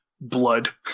blood